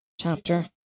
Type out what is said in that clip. chapter